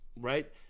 Right